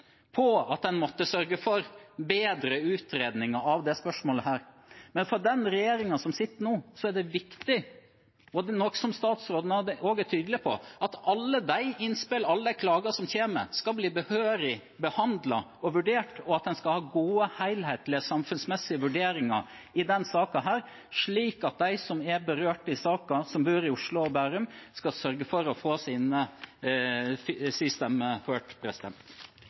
at en måtte sørge for bedre utredning av dette spørsmålet. Men for den regjeringen som sitter nå, er det viktig – og det er noe som statsråden også er tydelig på – at alle de innspillene og klagene som kommer, skal bli behørig behandlet og vurdert, og at en skal ha gode, helhetlige samfunnsmessige vurderinger i denne saken. Slik skal en sørge for at de som er berørt i saken, som bor i Oslo og Bærum,